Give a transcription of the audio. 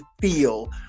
feel